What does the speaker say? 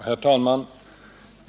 Herr talman!